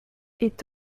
est